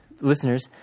listeners